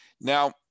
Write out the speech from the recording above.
Now